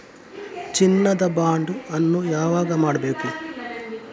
ಚಿನ್ನ ದ ಬಾಂಡ್ ಅನ್ನು ಯಾವಾಗ ಮಾಡಬೇಕು?